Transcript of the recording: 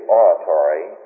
oratory